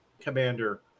commander